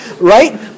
Right